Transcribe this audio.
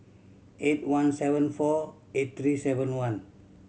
eight one seven four eight three seven one